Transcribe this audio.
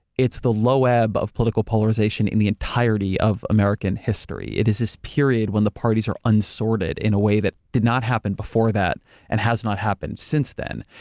it's the low-ebb of political polarization in the entirety of american history. it is this period when the parties are unsorted in a way that did not happen before that and has not happened since then.